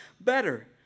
better